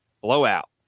Blowout